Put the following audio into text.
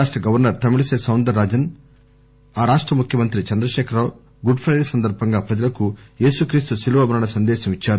రాష్ట governor Tamilisai Soundararajan ఆ రాష్ట ముఖ్యమంత్రి చంద్రశేఖరరావు గుడ్ పైడే సందర్భంగా ప్రజలకు యేసుక్రీస్తు శిలువ మరణ సందేశమిచ్చారు